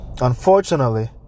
unfortunately